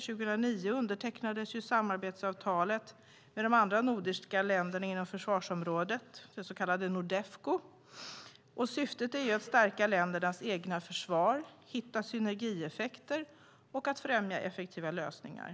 År 2009 undertecknades ett samarbetsavtal med de andra nordiska länderna inom försvarsområdet, det så kallade Nordefco. Syftet är att stärka ländernas egna försvar, hitta synergieffekter och att främja effektiva lösningar.